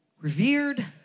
revered